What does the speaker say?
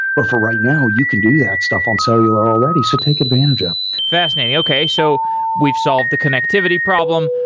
but for right now you can do that stuff on cellular already, so take advantage of it. and and okay. so we've solved the connectivity problem.